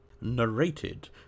Narrated